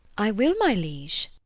i will, my liege.